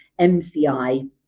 MCI